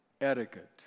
Etiquette